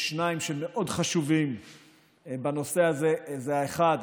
יש שניים שמאוד חשובים בנושא הזה: האחד,